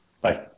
bye